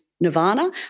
Nirvana